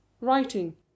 writing